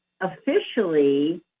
officially